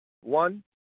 one